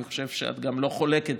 אני חושב שאת גם לא חולקת